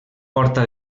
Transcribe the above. porta